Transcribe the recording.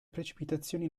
precipitazioni